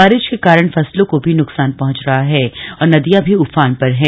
बारिश के कारण फसलों को भी नुकसान पहुंच रहा है और नदियां भी उफान पर है